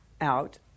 out